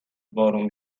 بارون